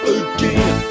again